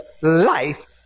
life